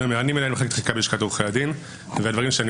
אני מנהל מחלקת חקיקה בלשכת עורכי הדין והדברים שאני